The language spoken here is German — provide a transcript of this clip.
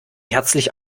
herzlich